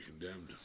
condemned